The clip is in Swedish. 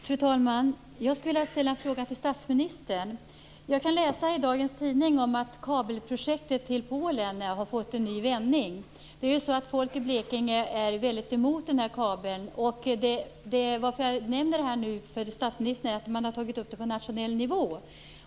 Fru talman! Jag skulle vilja ställa en fråga till statsministern. Jag kan läsa i dagens tidning att kabelprojektet till Polen har fått en ny vändning. Folk i Blekinge är emot kabeln. Jag nämner det nu för statsministern därför att man har tagit upp det på nationell nivå.